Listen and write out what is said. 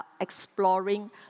exploring